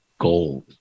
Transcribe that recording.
gold